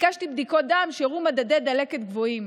ביקשתי בדיקות דם, שהראו מדדי דלקת גבוהים.